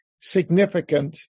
significant